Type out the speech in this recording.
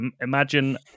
imagine